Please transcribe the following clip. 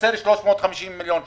חסרים 350 מיליון שקלים.